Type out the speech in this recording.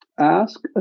ask